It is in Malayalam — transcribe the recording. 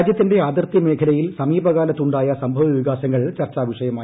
രാജ്യത്തിന്റെ അതിർത്തി മേഖലയിൽ സമീപ കാലത്തുണ്ടായ സംഭവ വികാസങ്ങൾ ചർച്ചാവിഷയമായി